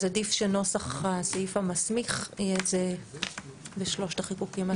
אז עדיף שנוסח הסעיף המסמיך יהיה זהה בשלושת החיקוקים הללו.